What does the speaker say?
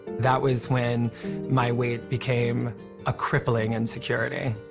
that was when my weight became a crippling insecurity.